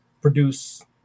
produce